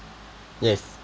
yes